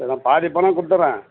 சரி நான் பாதி பணம் கொடுத்துர்றேன்